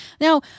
Now